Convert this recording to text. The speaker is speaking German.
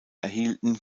erhielten